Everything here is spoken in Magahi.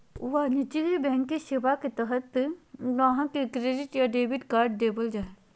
वाणिज्यिक बैंकिंग सेवा के तहत गाहक़ के क्रेडिट या डेबिट कार्ड देबल जा हय